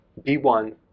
B1